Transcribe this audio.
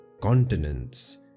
continents